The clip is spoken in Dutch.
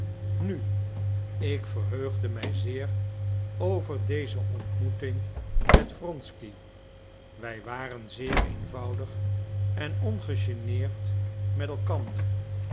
nu ik verheugde mij zeer over deze ontmoeting met wronsky wij waren zeer eenvoudig en ongegeneerd met elkander